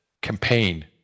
campaign